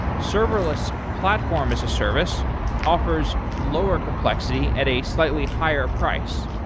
serverless platform as a service offers lower complexity at a slightly higher price.